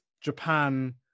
japan